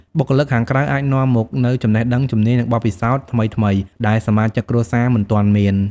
បុគ្គលិកខាងក្រៅអាចនាំមកនូវចំណេះដឹង ជំនាញ និងបទពិសោធន៍ថ្មីៗដែលសមាជិកគ្រួសារមិនទាន់មាន។